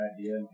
idea